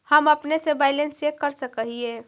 हम अपने से बैलेंस चेक कर सक हिए?